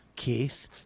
Keith